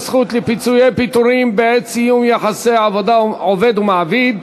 הזכות לפיצויי פיטורים בעת סיום יחסי עובד ומעביד),